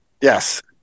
yes